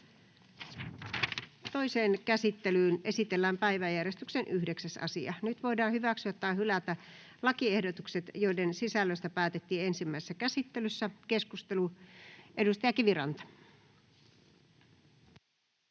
Toiseen käsittelyyn esitellään päiväjärjestyksen 20. asia. Nyt voidaan hyväksyä tai hylätä lakiehdotus, jonka sisällöstä päätettiin ensimmäisessä käsittelyssä. — Avaan keskustelun. Edustaja